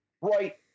right